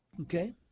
Okay